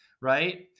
right